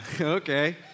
Okay